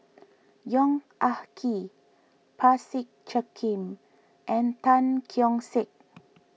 Yong Ah Kee Parsick Joaquim and Tan Keong Saik